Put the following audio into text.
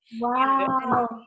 wow